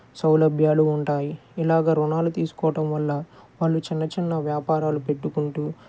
సౌలభ్యాలు ఉంటాయి ఇలాగా రుణాలు తీసుకోవటం వల్ల వాళ్ళు చిన్న చిన్న వ్యాపారాలు పెట్టుకుంటూ